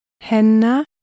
Henna